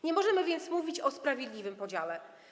Nie możemy więc mówić o sprawiedliwym podziale.